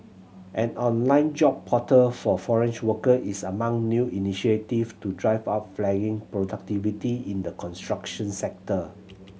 an online job portal for foreigner workers is among new initiative to drive up flagging productivity in the construction sector